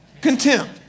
Contempt